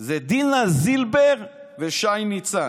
זה דינה זילבר ושי ניצן.